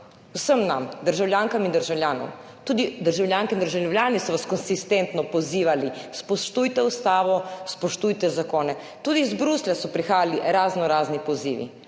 vsem nam državljankam in državljanom. Tudi državljanke in državljani so vas konsistentno pozivali, spoštujte ustavo, spoštujte zakone, tudi iz Bruslja so prihajali raznorazni pozivi,